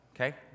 okay